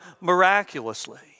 miraculously